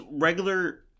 regular